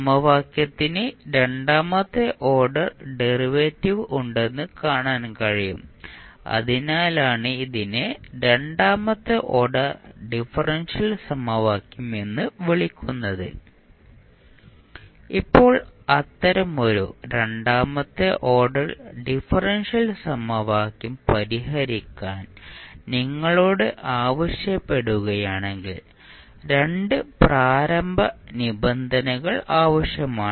സമവാക്യത്തിന് രണ്ടാമത്തെ order derivative ഉണ്ടെന്ന് കാണാൻ കഴിയും അതിനാലാണ് ഇതിനെ രണ്ടാമത്തെ ഓർഡർ ഡിഫറൻഷ്യൽ സമവാക്യം എന്ന് വിളിക്കുന്നത് ഇപ്പോൾ അത്തരമൊരു രണ്ടാമത്തെ ഓർഡർ ഡിഫറൻഷ്യൽ സമവാക്യം പരിഹരിക്കാൻ നിങ്ങളോട് ആവശ്യപ്പെടുകയാണെങ്കിൽ 2 പ്രാരംഭ നിബന്ധനകൾ ആവശ്യമാണ്